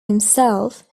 himself